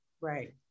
right